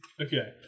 Okay